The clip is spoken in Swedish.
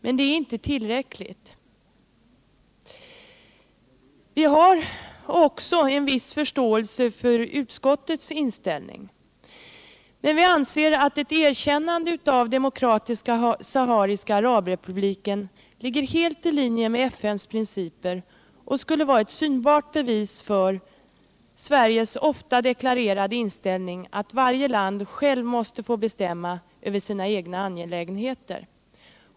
Men det är inte tillräckligt. Vi har också en viss förståelse för utskottets inställning men vi anser att ett erkännande av Demokratiska sahariska arabrepubliken ligger helt i linje med FN:s principer och skulle vara ett synbart bevis för Sveriges ofta deklarerade inställning att varje land självt måste få bestämma över sina egna angelägenheter.